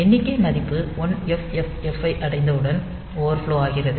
எண்ணிக்கை மதிப்பு 1FFF ஐ அடைந்ததும் ஓவர்ஃப்லோ ஆகிறது